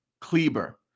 Kleber